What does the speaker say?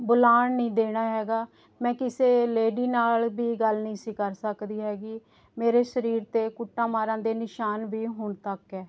ਬੁਲਾਉਣ ਨਹੀਂ ਦੇਣਾ ਹੈਗਾ ਮੈਂ ਕਿਸੇ ਲੇਡੀ ਨਾਲ ਵੀ ਗੱਲ ਨਹੀਂ ਸੀ ਕਰ ਸਕਦੀ ਹੈਗੀ ਮੇਰੇ ਸਰੀਰ 'ਤੇ ਕੁੱਟਾਂ ਮਾਰਾਂ ਦੇ ਨਿਸ਼ਾਨ ਵੀ ਹੁਣ ਤੱਕ ਹੈ